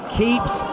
keeps